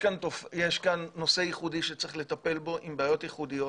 יש כאן נושא ייחודי שצריך לטפל בו עם בעיות ייחודיות.